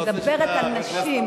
היא מדברת על נשים.